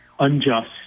unjust